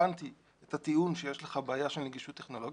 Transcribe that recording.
הבנתי את הטיעון שיש לך בעיה של נגישות טכנולוגית.